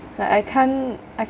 like I can't I